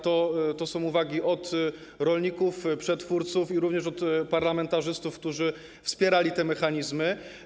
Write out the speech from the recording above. To są uwagi od rolników, przetwórców, jak również od parlamentarzystów, którzy wspierali te mechanizmy.